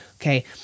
Okay